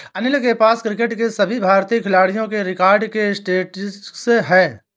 अनिल के पास क्रिकेट के सभी भारतीय खिलाडियों के रिकॉर्ड के स्टेटिस्टिक्स है